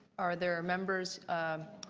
are there members,